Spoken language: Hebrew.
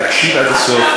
תקשיב עד הסוף.